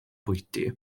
bwyty